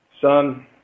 Son